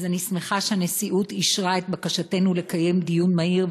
אז אני שמחה שהנשיאות אישרה את בקשתנו לקיים דיון מהיר,